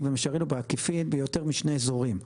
במישרין או בעקיפין ביותר משני אזורים,